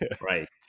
Right